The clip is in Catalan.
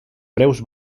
preus